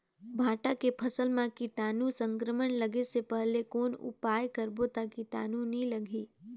भांटा के फसल मां कीटाणु संक्रमण लगे से पहले कौन उपाय करबो ता कीटाणु नी लगही?